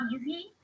easy